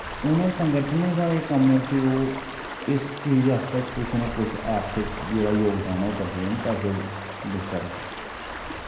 उनें संगठनें दा एह् कम्म ऐ कि ओह् इस चीज़ आस्तै कुछ न कुछ आर्थिक जेह्ड़ा जोगदान ऐ करी सकदे न पैसे दे संदर्भ